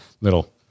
little